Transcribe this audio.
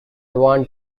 want